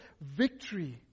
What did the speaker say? victory